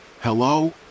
Hello